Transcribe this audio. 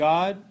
God